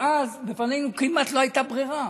ואז כמעט לא הייתה לנו ברירה,